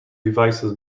devices